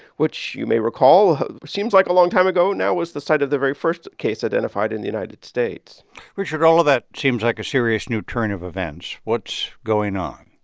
which you may recall seems like a long time ago now was the site of the very first case identified in the united states richard, all of that seems like a serious new turn of events. what's going on?